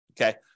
okay